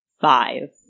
Five